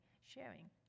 sharing